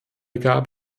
gab